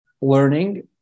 learning